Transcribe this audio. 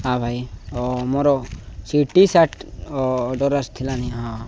ହଁ ଭାଇ ମୋର ସେ ଟି ସାର୍ଟ ଅର୍ଡର୍ ଆସିଥିଲା ହଁ